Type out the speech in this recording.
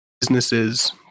businesses